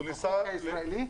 --- החוק הישראלי?